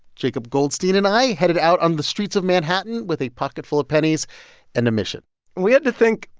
jacob goldstein and i headed out on the streets of manhattan with a pocketful of pennies and a mission we had to think,